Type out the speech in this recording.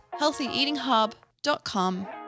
healthyeatinghub.com